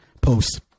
post